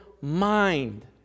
mind